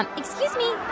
and excuse me.